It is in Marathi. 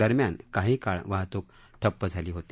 दरम्यान काही काळ वाहतूक ठप्प झाली होती